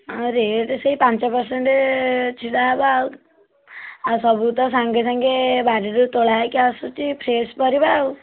rate ସେଇ ପାଞ୍ଚ percent ଛିଡ଼ା ହେବ ଆଉ ଆଉ ସବୁ ତ ସାଙ୍ଗେସାଙ୍ଗେ ବାରିରୁ ତୋଳା ହେଇ ଆସୁଛି ଫ୍ରେସ୍ ପରିବା ଆଉ